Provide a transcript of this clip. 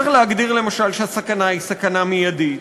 צריך להגדיר, למשל, שהסכנה היא סכנה מיידית,